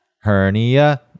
Hernia